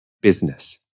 business